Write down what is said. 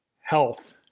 health